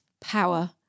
power